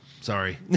sorry